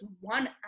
one